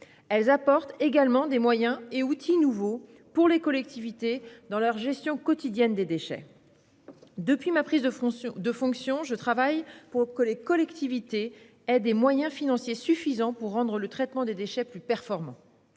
Elles apportent également aux collectivités des moyens et des outils nouveaux dans leur gestion quotidienne des déchets. Depuis ma prise de fonctions, je travaille pour que les collectivités disposent des moyens financiers suffisants pour rendre le traitement des déchets plus performant.